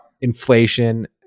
inflation